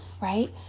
right